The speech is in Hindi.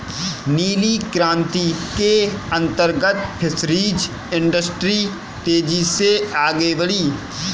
नीली क्रांति के अंतर्गत फिशरीज इंडस्ट्री तेजी से आगे बढ़ी